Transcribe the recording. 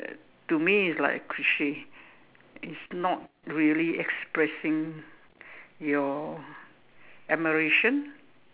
to me it's like a cliche it's not really expressing your admiration